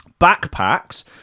backpacks